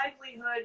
livelihood